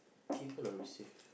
given or received